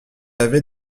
avait